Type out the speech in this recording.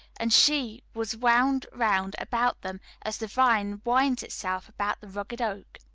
and she was wound round about them as the vine winds itself about the rugged oak.